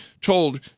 told